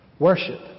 Worship